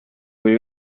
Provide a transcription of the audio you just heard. buri